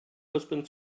husband